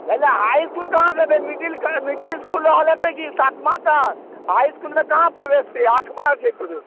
कैला high school कहाँ रहै मिडिल मिडिल इसकुल रहल होयतै कि सतमा तक हाइ इसकुलमे कहाँ प्रवेश छै अठमा छै प्रवेश